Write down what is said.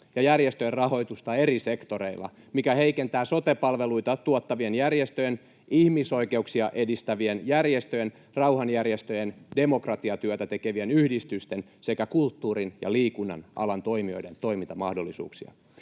ja järjestöjen rahoitusta eri sektoreilla, mikä heikentää sote-palveluita tuottavien järjestöjen, ihmisoikeuksia edistävien järjestöjen, rauhanjärjestöjen, demokratiatyötä tekevien yhdistysten sekä kulttuurin ja liikunnan alan toimijoiden toimintamahdollisuuksia.